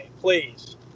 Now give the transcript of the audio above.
please